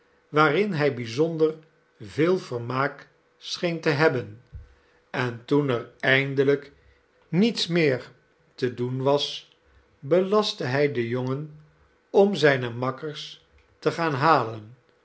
waarin hij bijzonder veel vermaak scheen te hebben en toen er eindelijk niets meer te doen was belastte hij den jongen om zijne makkers te gaan halen